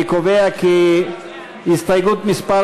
אני קובע כי הסתייגות מס'